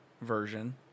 version